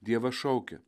dievas šaukia